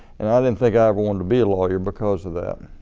and i didn't think i ever wanted to be a lawyer because of that.